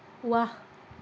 ৱাহ